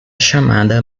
chamada